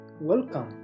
welcome